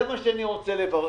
זה מה שאני רוצה לברר.